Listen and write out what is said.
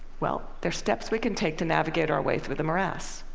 well, there are steps we can take to navigate our way through the morass.